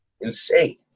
Insane